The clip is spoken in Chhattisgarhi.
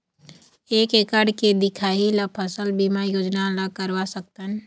एक एकड़ के दिखाही ला फसल बीमा योजना ला करवा सकथन?